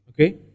Okay